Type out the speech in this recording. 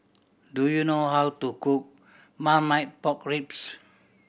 do you know how to cook Marmite Pork Ribs